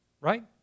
right